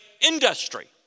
industry